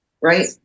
right